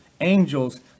angels